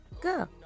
go